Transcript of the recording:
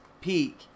peak